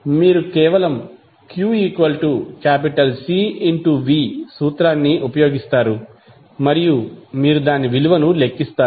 మీరు కేవలం qCv సూత్రాన్ని ఉపయోగిస్తారు మరియు మీరు దాని విలువను లెక్కిస్తారు